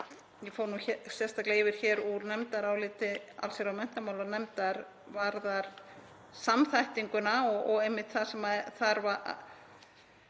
ég fór sérstaklega yfir hér úr nefndaráliti allsherjar- og menntamálanefndar varðar samþættinguna og einmitt þar sem er